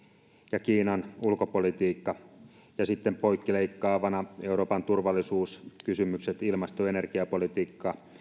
ja kiinan ulkopolitiikka sitten poikkileikkaavana euroopan turvallisuuskysymykset ilmasto energiapolitiikka